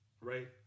right